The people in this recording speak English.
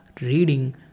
reading